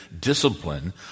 discipline